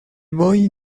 boy